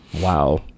Wow